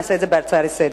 נעשה את זה בהצעה לסדר-היום.